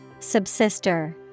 Subsister